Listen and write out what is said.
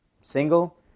single